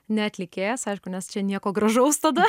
ne atlikėjas aišku nes čia nieko gražaus tada